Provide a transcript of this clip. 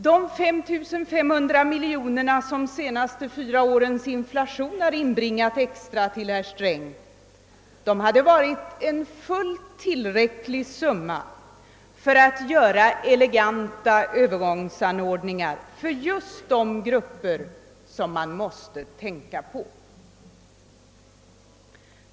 De 5 500 miljoner kronor som de senaste fyra årens inflation har inbringat herr Sträng i extra inkomst hade varit en fullt tillräcklig summa för att göra eleganta övergångsanordningar för just de grupper som man måste tänka på.